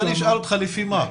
אז אני אשאל אותך, לפי מה?